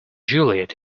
juliet